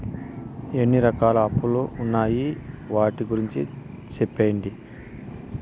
ఎన్ని రకాల అప్పులు ఉన్నాయి? వాటి గురించి సెప్పండి?